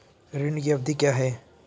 ऋण की अवधि क्या है?